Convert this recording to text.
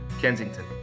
Kensington